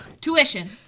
Tuition